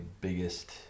biggest